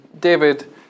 David